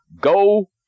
Go